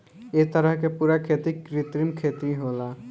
ए तरह के पूरा खेती कृत्रिम खेती होला